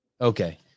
Okay